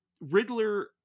riddler